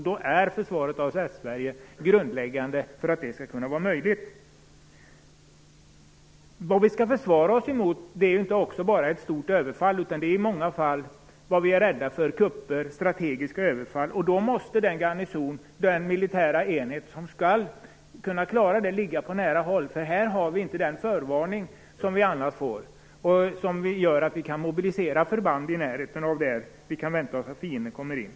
Då är försvaret av Västsverige en grundläggande faktor. Vad vi skall försvara oss mot är inte bara ett stort överfall. Många gånger är vi ju rädda för kupper och strategiska överfall. Den militära enhet som skall kunna klara det måste finnas på nära håll, för här har vi inte den förvarning som vi annars får och som gör att vi kan mobilisera förband i närheten av där vi kan vänta oss att fienden kommer in.